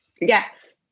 Yes